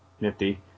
nifty